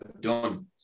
done